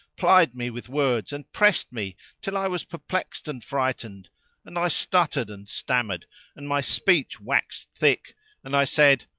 plied me with words and pressed me till i was perplexed and frightened and i stuttered and stammered and my speech waxed thick and i said,